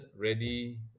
ready